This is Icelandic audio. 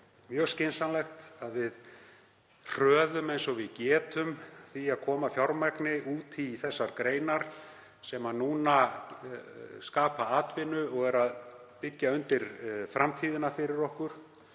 mjög skynsamlegt að við hröðum því eins og við getum að koma fjármagni út í þær greinar sem núna skapa atvinnu og byggja undir framtíðina fyrir okkur.